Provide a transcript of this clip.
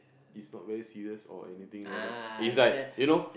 is not very serious or anything like that it's like you know